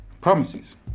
promises